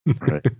Right